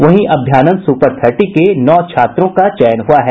वहीं Abhayanand super thirty के नौ छात्रों का चयन हुआ है